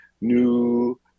new